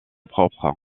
propre